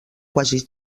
quasi